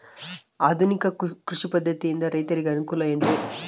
ಆಧುನಿಕ ಕೃಷಿ ಪದ್ಧತಿಯಿಂದ ರೈತರಿಗೆ ಅನುಕೂಲ ಏನ್ರಿ?